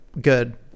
Good